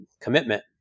commitment